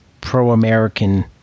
pro-American